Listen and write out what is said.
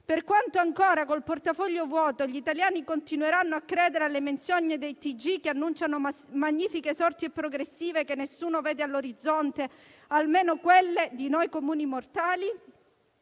Per quanto ancora, col portafoglio vuoto, gli italiani continueranno a credere alle menzogne dei TG, che annunciano magnifiche sorti e progressive, che nessuno vede all'orizzonte, almeno di noi comuni mortali?